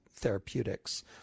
therapeutics